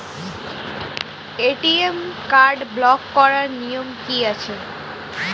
ATM card block করার নিয়ম কি আছে?